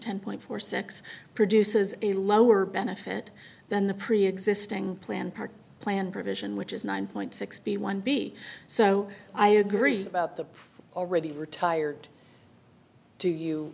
ten point four six produces a lower benefit than the preexisting plan part plan provision which is nine point six b one b so i agree about the already retired do you